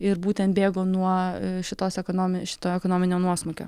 ir būtent bėgo nuo šitos ekonomi šito ekonominio nuosmukio